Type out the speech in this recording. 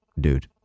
Dude